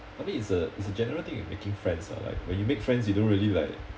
I mean it's a it's a general thing in making friends lah like when you make friends you don't really like